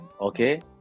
okay